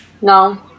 No